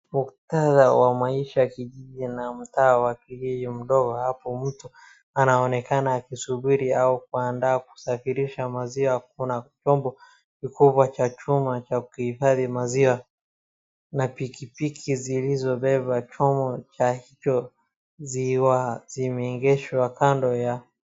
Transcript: Muktadha wa maisha kijijini na mtaa wa kijiji mdogo hapo mtu anaonekana akisubiri au kuandaa kusafirisha maziwa. Kuna chombo kikubwa cha chuma cha kuhifadhi maziwa. Na pikipiki zilizobeba chombo cha hicho ziwa zimeengesha kando ya.